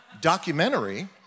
documentary